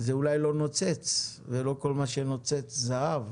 זה אולי לא נוצץ ולא כל מה שנוצץ זהב,